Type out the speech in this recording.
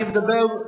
אני מדבר,